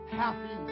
happy